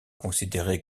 considérée